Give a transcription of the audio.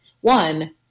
one